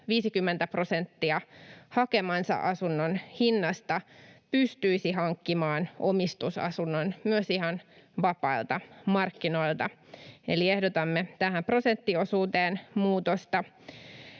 hakemansa asunnon hinnasta, pystyisi hankkimaan omistusasunnon myös ihan vapailta markkinoilta. Eli ehdotamme tähän prosenttiosuuteen muutosta.